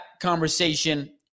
conversation